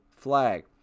flag